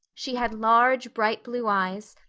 she had large, bright-blue eyes,